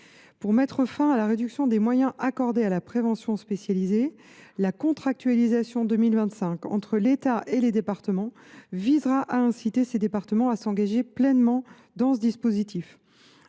Pour mettre fin à la réduction des moyens accordée à la prévention spécialisée, la contractualisation que l’État passera avec les départements en 2025 visera à inciter ces derniers à s’engager pleinement dans ce dispositif.